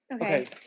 Okay